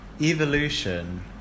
evolution